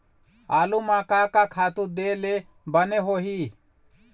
आलू म का का खातू दे ले बने होही?